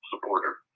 supporter